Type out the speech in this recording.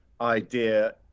idea